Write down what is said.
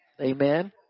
Amen